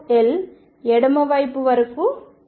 xL ఎడమవైపు వరకు చేయండి